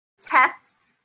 tests